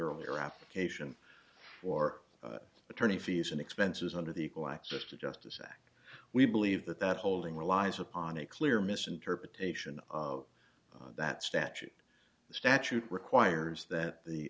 earlier application for attorney fees and expenses under the equal access to justice act we believe that that holding relies upon a clear misinterpretation of that statute the statute requires that the